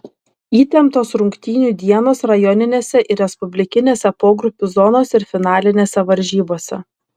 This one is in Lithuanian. įtemptos rungtynių dienos rajoninėse ir respublikinėse pogrupių zonos ir finalinėse varžybose